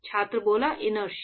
छात्र इनर्शिया